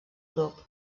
grup